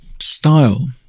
style